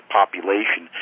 population